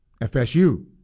FSU